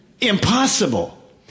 Impossible